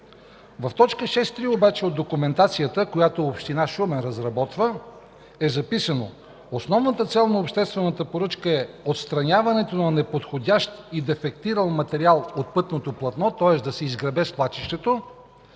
В т. 6.3 обаче от документацията, която община Шумен разработва, е записано: „Основната цел на обществената поръчка е отстраняването на неподходящ и дефектирал материал от пътното платно”, тоест да се изгребе свлачището,